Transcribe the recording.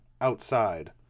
outside